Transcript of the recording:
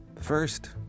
first